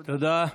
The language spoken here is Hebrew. תודה.